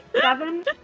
seven